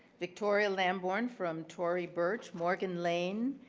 victoria lambourne from tory burch, morgan lane,